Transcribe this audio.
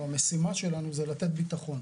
או המשימה שלנו היא לתת ביטחון.